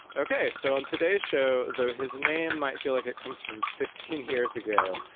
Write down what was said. ok. so on today's show, though, his name might feel like it comes from fifteen years ago.